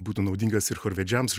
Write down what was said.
būtų naudingas ir chorvedžiams